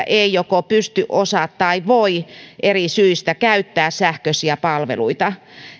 ei joko pysty osaa tai voi eri syistä käyttää sähköisiä palveluita